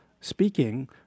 speaking